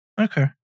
Okay